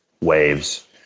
waves